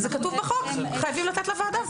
זה כתוב בחוק, חייבים לתת לוועדה.